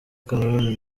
comores